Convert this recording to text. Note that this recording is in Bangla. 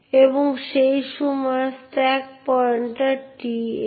কেউ একটি লিঙ্ক তৈরি করতে পারে বা ডিরেক্টরিগুলি আনলিঙ্ক করতে পারে